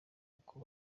uko